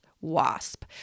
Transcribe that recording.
wasp